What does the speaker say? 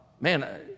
man